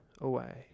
away